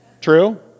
True